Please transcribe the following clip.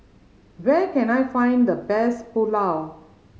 where can I find the best Pulao